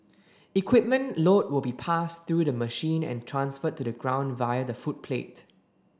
equipment load will be passed through the machine and transferred to the ground via the footplate